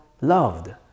loved